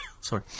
Sorry